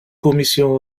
commission